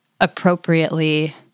appropriately